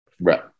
right